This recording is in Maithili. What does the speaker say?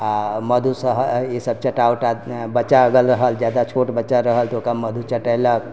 आ मधु सब ईसब चटा उटा बच्चा अगर रहल जादा छोट बच्चा रहल तऽ ओकरा मधु चटैलक